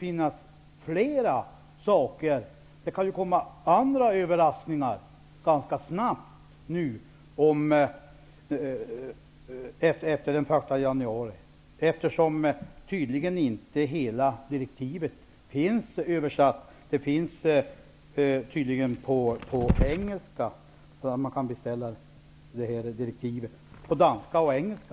I och med det kan det komma också andra överraskningar ganska snabbt efter den 1 januari, eftersom hela direktivet uppenbarligen inte finns översatt. Det finns tydligen på danska och engelska.